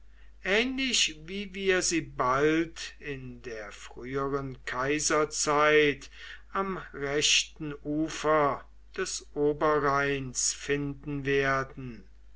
ähnlich wie wir sie bald in der früheren kaiserzeit am rechten ufer des oberrheins finden werden